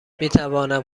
میتوانم